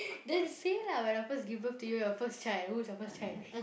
then say lah when I first give birth to you your first child who's your first child